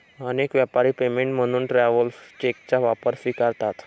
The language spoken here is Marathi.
अनेक व्यापारी पेमेंट म्हणून ट्रॅव्हलर्स चेकचा वापर स्वीकारतात